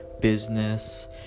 business